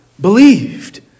believed